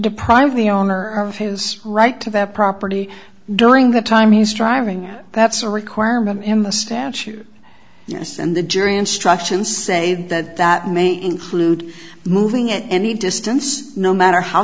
deprive the owner of his right to their property during the time he's driving that's a requirement in the statute yes and the jury instructions say that that may include moving at any distance no matter how